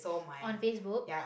on Facebook